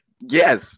yes